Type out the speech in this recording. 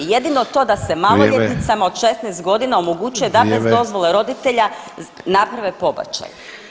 Jedino to da se maloljetnicama [[Upadica: Vrijeme.]] od 16 godina omogućuje da bez dozvole [[Upadica: Vrijeme.]] roditelja naprave pobačaj.